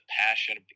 passion